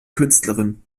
künstlerin